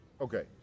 Okay